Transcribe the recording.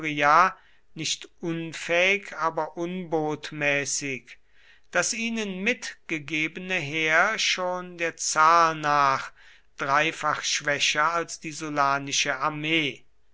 nicht unfähig aber unbotmäßig das ihnen mitgegebene heer schon der zahl nach dreifach schwächer als die sullanische armee